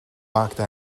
maakte